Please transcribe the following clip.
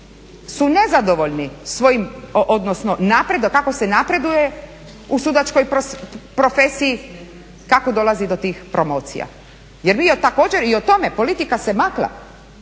su nezadovoljni svojim, odnosno kako se napreduje u sudačkoj profesiji, kako dolazi do tih promocija. Jer vi također i o tome, politika se makla.